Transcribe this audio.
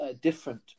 different